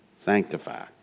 sanctified